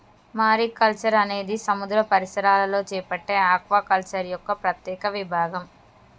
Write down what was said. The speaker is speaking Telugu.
మారికల్చర్ అనేది సముద్ర పరిసరాలలో చేపట్టే ఆక్వాకల్చర్ యొక్క ప్రత్యేక విభాగం